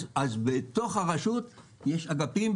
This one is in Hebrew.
אז בתוך הרשות יש אגפים,